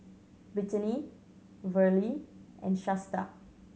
Britany Verle and Shasta